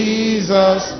Jesus